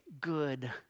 good